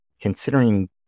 Considering